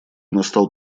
настал